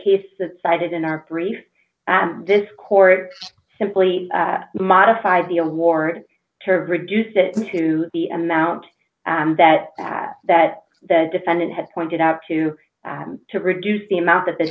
case that cited in our brief at this court simply modified the award to reduce it to the amount that that that the defendant had pointed out to him to reduce the amount that the